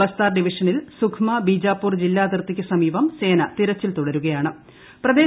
ബസ്താർ ഡിവിഷനിൽ സുഖ്മാ ബിജാപൂർ ജില്ലാതിർത്തിക്ക് സമീപം സേന തിരച്ചിൽ തുടരുകയാട്ണ്